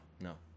no